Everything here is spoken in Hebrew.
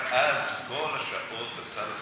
רק אז כל השעות בסל הסופי,